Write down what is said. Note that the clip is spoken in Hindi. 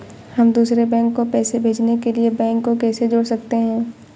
हम दूसरे बैंक को पैसे भेजने के लिए बैंक को कैसे जोड़ सकते हैं?